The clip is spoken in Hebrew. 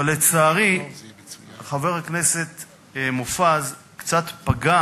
אבל לצערי חבר הכנסת מופז קצת פגם